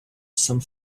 some